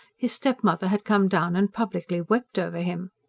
his stepmother had come down and publicly wept over him.